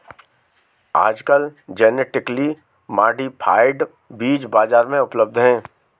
आजकल genetically modified बीज बाजार में उपलब्ध है